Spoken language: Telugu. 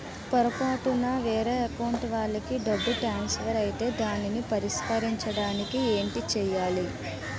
పొరపాటున వేరే అకౌంట్ వాలికి డబ్బు ట్రాన్సఫర్ ఐతే దానిని పరిష్కరించడానికి ఏంటి చేయాలి?